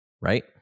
right